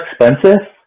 expensive